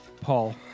Paul